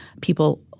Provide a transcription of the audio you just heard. People